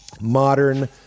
modern